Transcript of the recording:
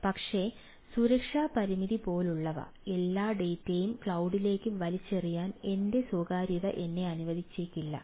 പക്ഷേ സുരക്ഷാ പരിമിതി പോലുള്ളവ എല്ലാ ഡാറ്റയും ക്ലൌഡിലേക്ക് വലിച്ചെറിയാൻ എന്റെ സ്വകാര്യത എന്നെ അനുവദിച്ചേക്കില്ല